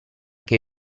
che